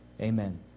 Amen